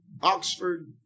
Oxford